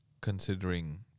considering